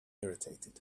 irritated